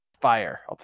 fire